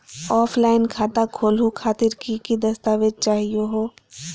Offline खाता खोलहु खातिर की की दस्तावेज चाहीयो हो?